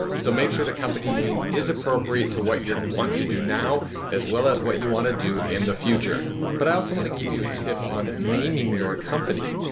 so make sure the company name is appropriate to what you want to do now as well as what you want to do in the future. but i also want to give you a tip on naming your company.